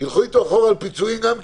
יחליטו אחורה על פיצויים גם כן.